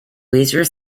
leisure